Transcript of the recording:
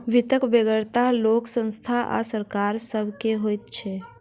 वित्तक बेगरता लोक, संस्था आ सरकार सभ के होइत छै